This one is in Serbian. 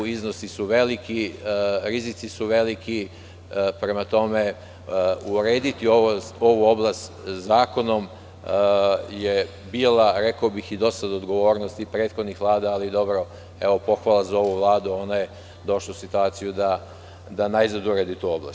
Iznosi su veliki i rizici su veliki, pa, prema tome, urediti ovu oblast zakonom je bila, rekao bih, i do sada odgovornost prethodnih vlada, ali evo pohvala za ovu Vladu, ona je došla u situaciju da najzad uredi tu oblast.